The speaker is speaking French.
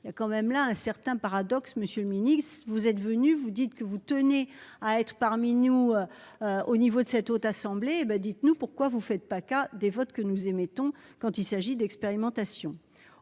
Il y a quand même là un certain paradoxe, Monsieur le Ministre, vous êtes venu, vous dites que vous tenez à être parmi nous. Au niveau de cette haute assemblée ben dites-nous pourquoi vous faites PACA des votes que nous émettons quand il s'agit d'expérimentation